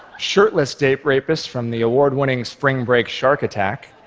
shirtless date rapist from the award-winning spring break shark attack.